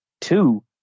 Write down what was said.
two